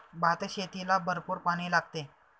भातशेतीला भरपूर पाणी लागते